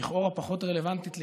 לכאורה פחות רלוונטית לימינו,